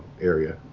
area